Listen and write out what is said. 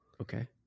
Okay